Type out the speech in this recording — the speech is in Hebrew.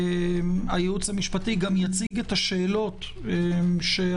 הייעוץ המשפטי גם יציג את השאלות שהייעוץ